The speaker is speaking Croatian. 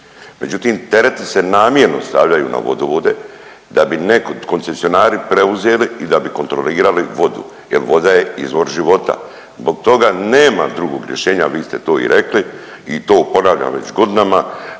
Međutim, tereti se namjerno stavljaju na vodovode da bi neko, koncesionari preuzeli i da bi kontrolirali vodu jer voda je izvor života. Zbog toga nema drugog rješenja, vi ste to i rekli i to ponavljam već godinama